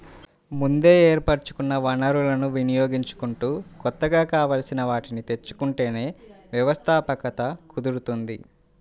ముందే ఏర్పరచుకున్న వనరులను వినియోగించుకుంటూ కొత్తగా కావాల్సిన వాటిని తెచ్చుకుంటేనే వ్యవస్థాపకత కుదురుతుంది